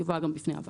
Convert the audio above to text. יובא גם בפני הוועדה.